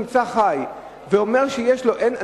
שנמצא חי ואומר שיש לו,